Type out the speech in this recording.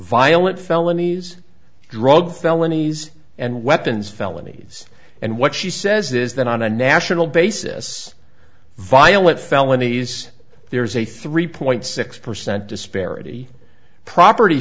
violent felonies drug felonies and weapons felonies and what she says is that on a national basis violent felonies there's a three point six percent disparity property